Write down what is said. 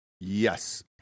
yes